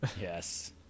yes